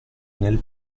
nel